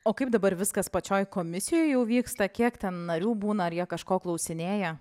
o kaip dabar viskas pačioj komisijoj jau vyksta kiek ten narių būna ar jie kažko klausinėja